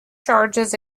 charges